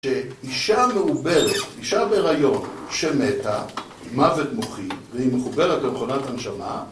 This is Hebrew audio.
שאישה מעוברת, אישה בהריון שמתה מוות מוחי והיא מחוברת למכונת הנשמה